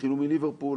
התחילו מליברפול,